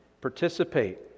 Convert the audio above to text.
participate